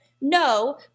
no